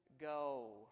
go